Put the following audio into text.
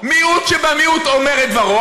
מיעוט שבמיעוט אומר את דברו,